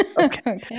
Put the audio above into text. okay